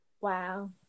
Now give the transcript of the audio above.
Wow